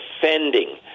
defending